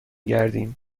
گردیم